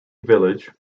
village